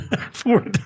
Four